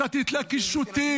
אתה תתלה קישוטים,